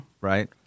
Right